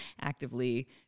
actively